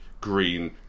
green